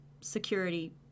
security